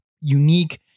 unique